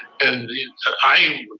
and i,